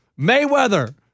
Mayweather